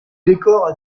décor